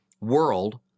world